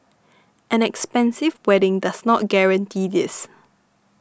an expensive wedding does not guarantee this